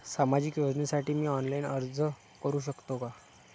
सामाजिक योजनेसाठी मी ऑनलाइन अर्ज करू शकतो का?